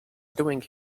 doing